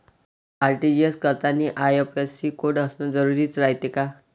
RTGS करतांनी IFSC code असन जरुरी रायते का?